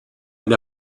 and